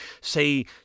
say